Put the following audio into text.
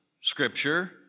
Scripture